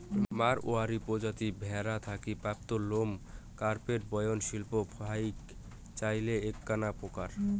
মাড়ওয়ারী প্রজাতি ভ্যাড়া থাকি প্রাপ্ত লোম কার্পেট বয়ন শিল্পত ফাইক চইলের এ্যাকনা প্রকার